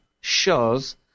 shows –